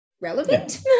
relevant